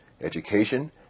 education